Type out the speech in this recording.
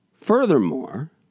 Furthermore